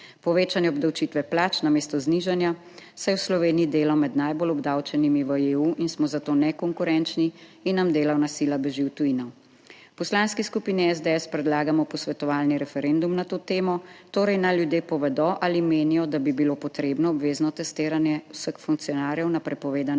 Povečanje obdavčitve plač namesto znižanja, saj je v Sloveniji delo med najbolj obdavčenimi v EU in smo za to nekonkurenčni in nam delovna sila beži v tujino. V Poslanski skupini SDS predlagamo posvetovalni referendum na to temo, torej naj ljudje povedo, ali menijo, da bi bilo potrebno obvezno testiranje vseh funkcionarjev na prepovedane